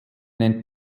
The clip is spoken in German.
nennt